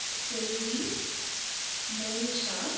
Selvi Monisha